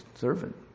servant